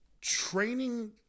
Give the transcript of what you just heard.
training